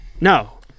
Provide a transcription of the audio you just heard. No